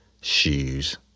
shoes